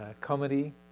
comedy